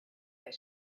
that